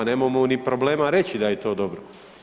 Nemamo ni problema reći da je to dobro.